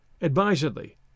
advisedly